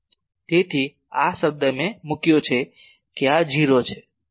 તેથી આ પદ મેં મૂક્યો છે કે આ 0 છે